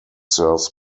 serves